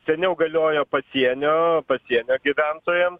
seniau galiojo pasienio pasienio gyventojams